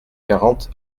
quarante